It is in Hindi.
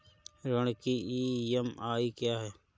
ऋण की ई.एम.आई क्या है?